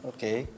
Okay